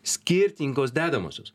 skirtingos dedamosios